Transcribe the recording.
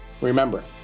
Remember